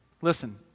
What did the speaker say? Listen